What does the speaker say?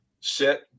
sit